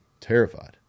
Terrified